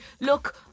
look